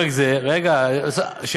זה לא נכון.